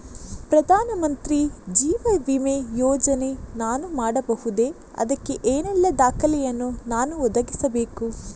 ಪ್ರಧಾನ ಮಂತ್ರಿ ಜೀವ ವಿಮೆ ಯೋಜನೆ ನಾನು ಮಾಡಬಹುದೇ, ಅದಕ್ಕೆ ಏನೆಲ್ಲ ದಾಖಲೆ ಯನ್ನು ನಾನು ಒದಗಿಸಬೇಕು?